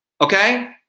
Okay